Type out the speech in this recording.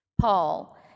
Paul